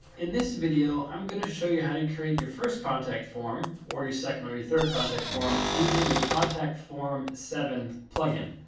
in this video, i'm going to show you how to create your first contact form, or your second or your third contact form, using the contact form seven plugin.